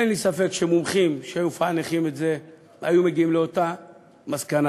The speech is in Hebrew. אין לי ספק שמומחים שהיו מפענחים את זה היו מגיעים לאותה מסקנה: